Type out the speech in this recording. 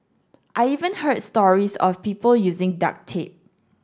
I even heard stories of people using duct tape